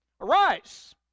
Arise